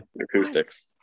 acoustics